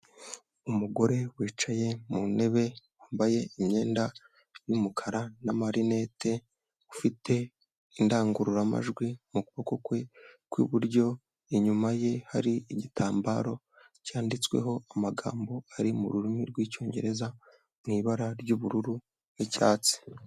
Umugore wicaye mu ntebe, wambaye imyenda y'umukara n'amarinete, ufite indangururamajwi mu kuboko kwe kw'iburyo, inyuma ye hari igitambaro cyanditsweho amagambo ari mu rurimi rw'icyongereza, mu ibara ry'ubururu n'icyatsi.